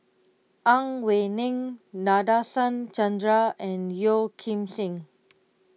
Ang Wei Neng Nadasen Chandra and Yeo Kim Seng